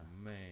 man